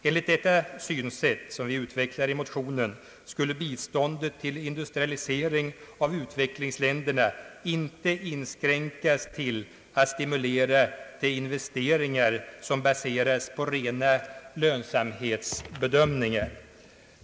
Enligt detta synsätt, som utvecklas i motionen, skulle biståndet till industrialisering av utvecklingsländerna inte inskränkas till att stimulera till investeringar som baseras på rena lönsamhetsbedömningar.